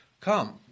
Come